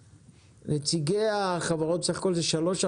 נציגי החברות בסה"כ זה שלוש,